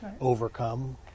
overcome